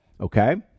okay